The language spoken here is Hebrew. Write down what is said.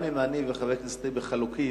גם אם אני וחבר הכנסת טיבי חלוקים,